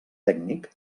tècnic